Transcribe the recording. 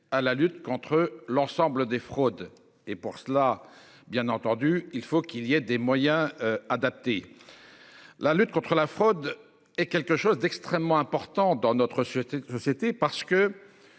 à la lutte contre l'ensemble des fraudes et pour cela, bien entendu, il faut qu'il y ait des moyens adaptés. La lutte contre la fraude et quelque chose d'extrêmement important dans notre société société